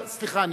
סליחה,